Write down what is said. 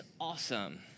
awesome